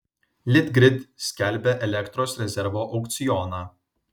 litgrid skelbia elektros rezervo aukcioną